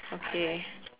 okay